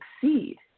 succeed